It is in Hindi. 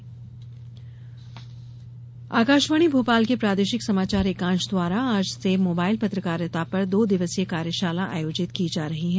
कार्यशाला आकाशवाणी भोपाल के प्रादेशिक समाचार एकांश द्वारा आज से मोबाइल पत्रकारिता पर दो दिवसीय कार्यशाला आयोजित की जा रही है